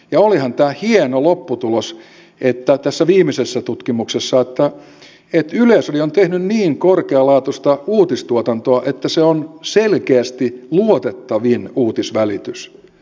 ja olihan tämä hieno lopputulos tässä viimeisessä tutkimuksessa että yleisradio on tehnyt niin korkealaatuista uutistuotantoa että se on selkeästi luotettavin uutisvälitys